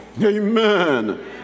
Amen